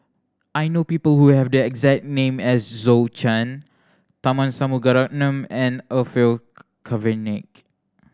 I know people who have the exact name as Zhou Can Tharman Shanmugaratnam and Orfeur Cavenagh